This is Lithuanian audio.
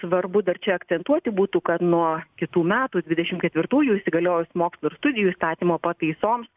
svarbu dar čia akcentuoti būtų kad nuo kitų metų dvidešimt ketvirtųjų įsigaliojus mokslo ir studijų įstatymo pataisoms